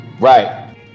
Right